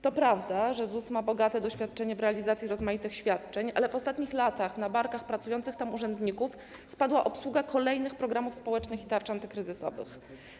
To prawda, że ZUS ma bogate doświadczenie w realizacji rozmaitych świadczeń, ale w ostatnich latach na barki pracujących tam urzędników spadła obsługa kolejnych programów społecznych i tarcz antykryzysowych.